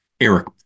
Eric